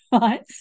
right